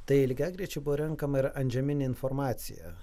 tai lygiagrečiai buvo renkama ir antžeminė informacija